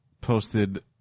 Posted